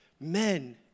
men